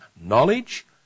knowledge